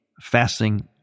fasting